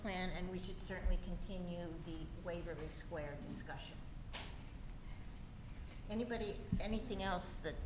plan and we could certainly continue the waverley square discussion anybody anything else th